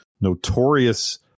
notorious